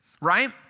right